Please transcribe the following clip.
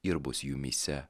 ir bus jumyse